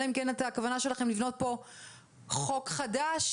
אלא אם כן הכוונה שלכם לבנות פה חוק חדש